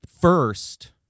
first—